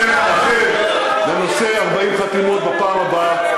תבחרו שם אחר לנושא 40 חתימות בפעם הבאה,